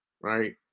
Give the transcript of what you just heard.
right